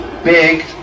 big